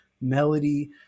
melody